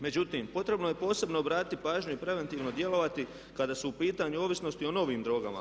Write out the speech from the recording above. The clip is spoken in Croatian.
Međutim, potrebno je posebno obratiti pažnju i preventivno djelovati kada su u pitanju ovisnosti o "novim" drogama.